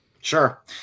Sure